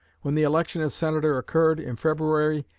when the election of senator occurred, in february,